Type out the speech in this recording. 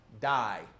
die